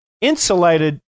insulated